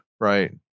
right